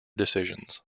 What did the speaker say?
decisions